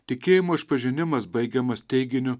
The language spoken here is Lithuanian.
tikėjimo išpažinimas baigiamas teiginiu